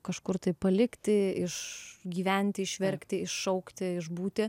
kažkur tai palikti iš gyventi išverkti iššaukti išbūti